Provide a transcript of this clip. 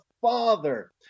Father